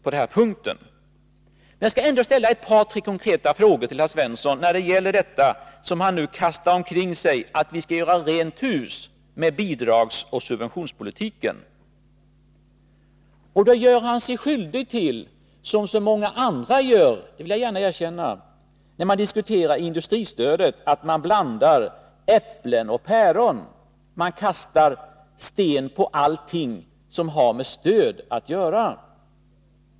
Men jag skall ändå ställa ett par, tre konkreta frågor till herr Svensson när det gäller detta han kastär omkring sig om att vi måste göra rent hus med bidragsoch subventionspolitiken. Han — liksom många andra, det vill jag gärna erkänna — gör sig i diskussionen av industristödet skyldig till att blanda ihop äpplen och päron. Man kastar sten på allt som har med industristöd att göra.